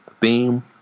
theme